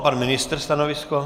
Pan ministr, stanovisko?